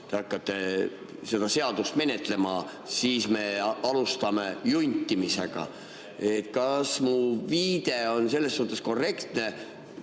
te hakkate seda seadus[eelnõu] menetlema, siis me alustame juntimist. Kas mu viide on selles suhtes korrektne?